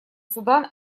судан